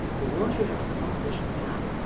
but once you have accomplished that,